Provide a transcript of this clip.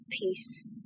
peace